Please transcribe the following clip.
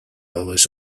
always